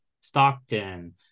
Stockton